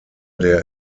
der